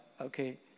okay